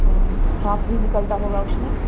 हाँ साँप भी निकलता होगा उसमें